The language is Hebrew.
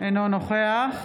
אינו נוכח